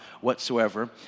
whatsoever